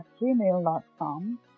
gmail.com